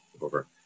over